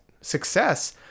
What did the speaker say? success